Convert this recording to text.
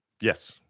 Yes